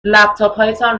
لپتاپتان